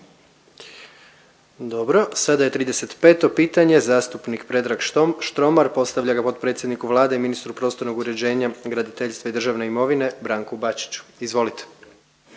Dobro, 35. pitanje zastupnik Predrag Štromar postavlja ga potpredsjedniku Vlade i ministru prostornog uređenja, graditeljstva i državne imovine Branku Bačiću. Izvolite.